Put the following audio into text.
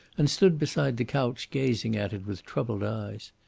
and stood beside the couch gazing at it with troubled eyes.